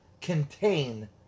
contain